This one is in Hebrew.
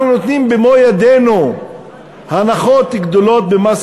אנחנו נותנים במו ידינו הנחות גדולות במס